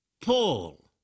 Paul